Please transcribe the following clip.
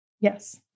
Yes